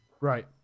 Right